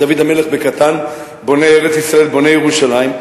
דוד המלך בקטן, בונה ארץ-ישראל, בונה ירושלים.